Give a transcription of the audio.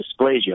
dysplasia